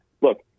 Look